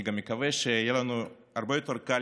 אני גם מקווה שיהיה לנו הרבה יותר קל